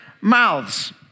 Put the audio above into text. mouths